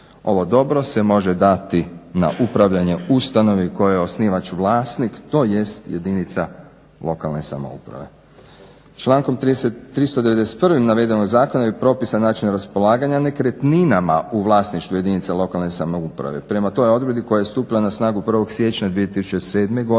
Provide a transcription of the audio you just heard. Ovo dobro se može dati na upravljanje ustanovi koja je osnivač vlasnik, tj. jedinca lokalne samouprave. Člankom 391.navedenog zakona je propisan način raspolaganja nekretninama u vlasništvu jedinica lokalne samouprave. Prema toj odredbi koja je stupila na snagu 1.siječnja 2007.godine